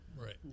Right